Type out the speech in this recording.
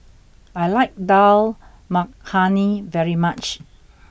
I like Dal Makhani very much